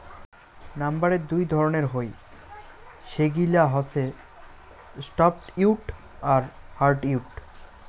লাম্বারের দুই ধরণের হই, সেগিলা হসে সফ্টউড আর হার্ডউড